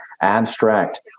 abstract